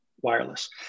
wireless